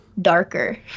darker